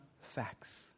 facts